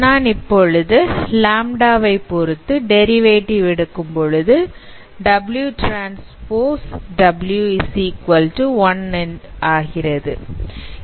நான் இப்போது லாம்டா வை பொருத்து டெரிவேட்டிவ் எடுக்கும்பொழுது WTW1